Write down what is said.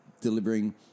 delivering